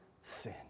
sin